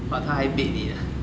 !wah! 她还 bait 你啊